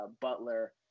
butler